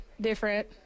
different